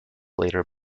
later